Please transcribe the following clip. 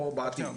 או בעתיד?